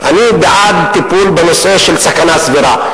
אני בעד טיפול בנושא של סכנה סבירה.